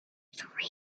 three